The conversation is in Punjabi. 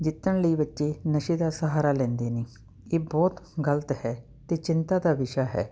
ਜਿੱਤਣ ਲਈ ਬੱਚੇ ਨਸ਼ੇ ਦਾ ਸਹਾਰਾ ਲੈਂਦੇ ਨੇ ਇਹ ਬਹੁਤ ਗਲਤ ਹੈ ਅਤੇ ਚਿੰਤਾ ਦਾ ਵਿਸ਼ਾ ਹੈ